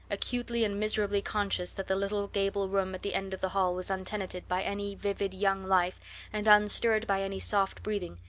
acutely and miserably conscious that the little gable room at the end of the hall was untenanted by any vivid young life and unstirred by any soft breathing,